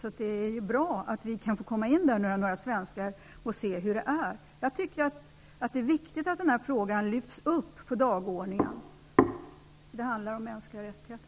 Därför är det bra om några människor tillåts komma till landet för att se hur det är där. Det är viktigt att den här frågan lyfts upp på dagordningen. Det handlar ju också om mänskliga rättigheter.